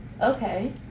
Okay